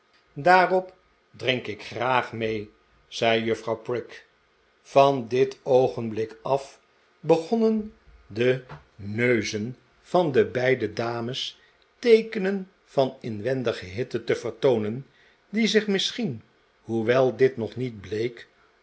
daarop drink ik graag mee zei juffrouw prig van dit oogenblik af begonnen de neuzen van de beide dames teekenen van inwendige hitte te vertoonen die zich misschieri hoewel dit nog niet bleek